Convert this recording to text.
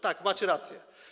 Tak, macie rację.